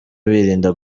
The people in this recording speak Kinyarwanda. birinda